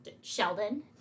Sheldon